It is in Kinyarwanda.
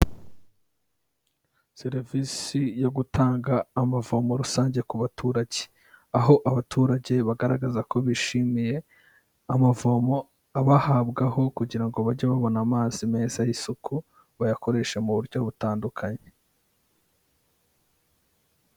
Serivisi yo gutanga amavomo rusange ku baturage, aho abaturage bagaragaza ko bishimiye amavomo abahabwaho kugira ngo bajye babona amazi meza y'isuku bayakoresha mu buryo butandukanye.